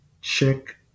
Check